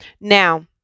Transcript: now